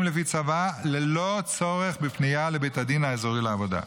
לפי צוואה ללא צורך בפנייה לבית הדין האזורי לעבודה.